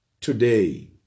today